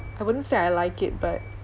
I wouldn't say I like it but